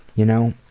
you know,